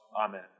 Amen